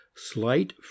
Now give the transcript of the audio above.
slight